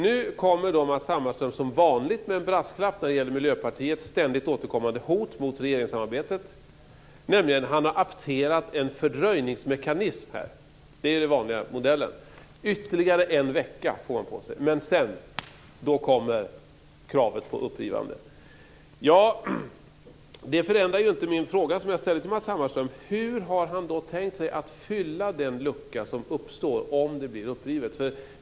Nu kommer Matz Hammarström som vanligt med en brasklapp när det gäller Miljöpartiets ständigt återkommande hot mot regeringssamarbetet, nämligen att han har apterat en fördröjningsmekanism ytterligare en vecka. Det är den vanliga modellen. Sedan kommer kravet om ett upprivande. Detta förändrar inte min fråga till Matz Hammarström. Hur har han tänkt sig att fylla den lucka som uppstår om det blir upprivet?